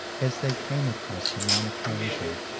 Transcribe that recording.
as they came across him on occasion,